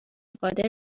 قادر